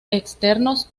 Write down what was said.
externos